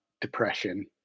depression